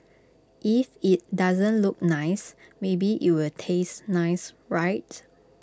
if IT doesn't look nice maybe it'll taste nice right